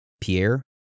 Pierre